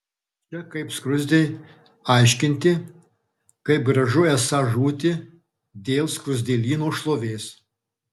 čia kaip skruzdei aiškinti kaip gražu esą žūti dėl skruzdėlyno šlovės